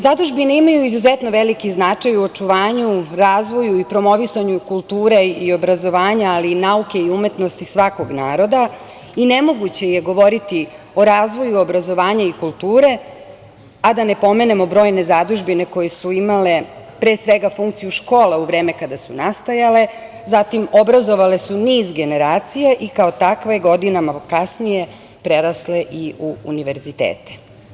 Zadužbine imaju izuzetno veliki značaj u očuvanju, razvoju i promovisanju kulture i obrazovanja, ali i nauke i umetnosti svakog naroda i nemoguće je govoriti o razvoju obrazovanja i kulture a da ne pomenemo brojne zadužbine koje su imale pre svega funkciju škole u vreme kada su nastajale, obrazovale su niz generacija i kao takve godinama kasnije prerasle i u univerzitete.